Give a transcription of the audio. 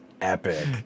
epic